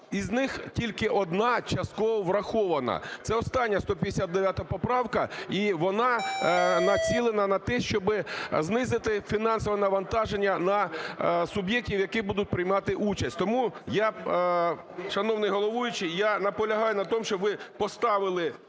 із них тільки одна частково врахована. Це остання, 159 поправка, і вона націлена на те, щоби знизити фінансове навантаження на суб'єктів, які будуть приймати участь. Тому, шановний головуючий, я наполягаю на тому, щоб ви поставили